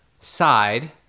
side